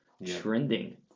trending